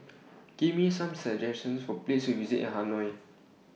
Give Me Some suggestions For Places to visit in Hanoi